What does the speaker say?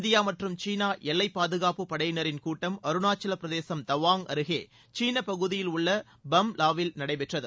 India மற்றும் சீனா எல்லை பாதுகாப்பு படையினின் கூட்டம் அருணாச்சலப்பிரதேசம் தவாங் அருகே சீன பகுதியில் உள்ள பம்லாவில் நடைபெற்றது